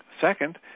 Second